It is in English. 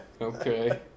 Okay